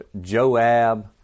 Joab